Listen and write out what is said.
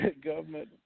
government